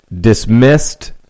dismissed